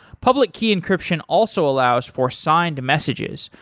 public key encryption also allows for signed messages,